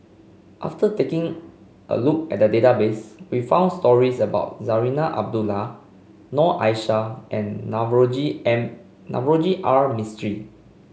after taking a look at the database we found stories about Zarinah Abdullah Noor Aishah and Navroji and Navroji R Mistri